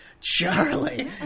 Charlie